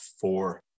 four